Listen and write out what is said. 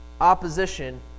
opposition